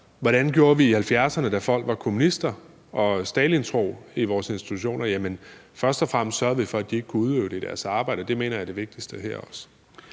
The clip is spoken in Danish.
hvordan gjorde vi 1970'erne, da der var kommunister og folk, der var Stalintro, i vores institutioner? Først og fremmest sørgede vi for, at de ikke kunne udøve det i deres arbejde. Det mener jeg også er det vigtigste her.